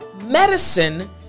medicine